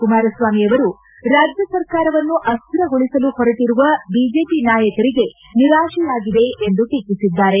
ಕುಮಾರಸ್ವಾಮಿ ಅವರು ರಾಜ್ಯ ಸರ್ಕಾರವನ್ನು ಅಸ್ಥಿರಗೊಳಿಸಲು ಹೊರಟರುವ ಬಿಜೆಪಿ ನಾಯಕರಿಗೆ ನಿರಾಶೆಯಾಗಿದೆ ಎಂದು ಟೀಕಿಸಿದ್ದಾರೆ